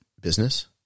business